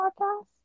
podcast